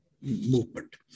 movement